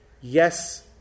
Yes